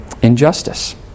Injustice